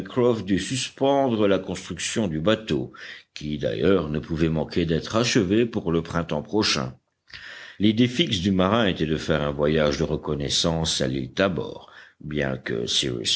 dut suspendre la construction du bateau qui d'ailleurs ne pouvait manquer d'être achevé pour le printemps prochain l'idée fixe du marin était de faire un voyage de reconnaissance à l'île tabor bien que